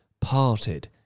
parted